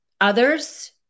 Others